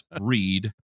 read